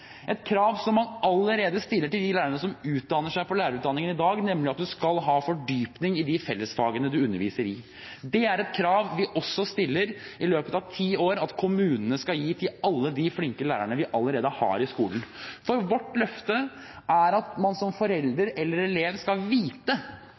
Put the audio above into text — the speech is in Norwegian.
et kompetansekrav, et krav som man allerede stiller til lærerne som utdanner seg på lærerutdanningen i dag, nemlig at du skal ha fordypning i fellesfagene du underviser i. Det er noe vi også krever at kommunene i løpet av ti år skal gi til alle de flinke lærerne vi allerede har i skolen. Vårt løfte er at man som forelder eller elev skal vite